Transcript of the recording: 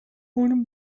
اون